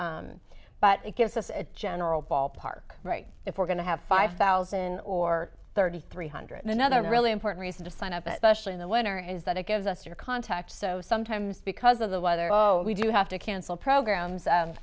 but it gives us a general ballpark right if we're going to have five thousand or thirty three hundred another really important reason to sign up especially in the winter and is that it gives us your contact so sometimes because of the weather oh we do have to cancel programs